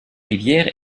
rivière